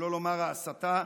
שלא לומר ההסתה,